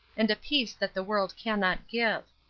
and a peace that the world cannot give.